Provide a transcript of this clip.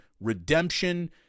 redemption